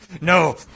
No